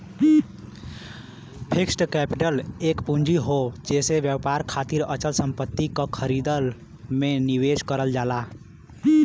fixed capital एक पूंजी हौ जेसे व्यवसाय खातिर अचल संपत्ति क खरीद में निवेश करल जाला